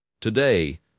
Today